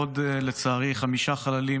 עוד, לצערי, חמישה חללים